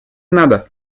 надо